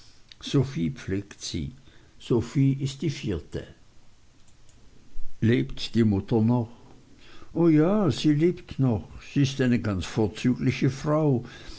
sophie pflegt sie sophie ist die vierte lebt die mutter noch o ja sie lebt noch sie ist eine ganz vorzügliche frau